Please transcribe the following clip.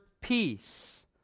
peace